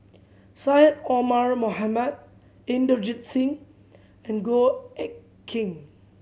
Syed Omar Mohamed Inderjit Singh and Goh Eck Kheng